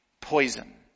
poison